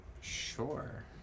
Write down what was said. Sure